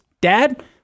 Dad